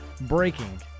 Breaking